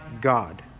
God